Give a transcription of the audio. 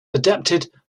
adapted